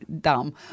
dumb